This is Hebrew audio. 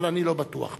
אבל אני לא בטוח בזה.